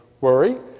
worry